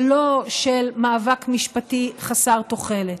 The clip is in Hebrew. ולא של מאבק משפטי חסר תוחלת.